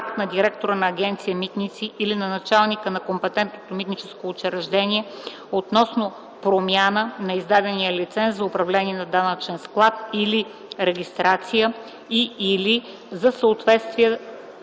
акт на директора на Агенция „Митници” или на началника на компетентното митническо учреждение относно промяна на издадения лиценз за управление на данъчен склад или регистрация и/или за съответствие